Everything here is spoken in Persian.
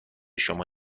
شما